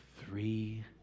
three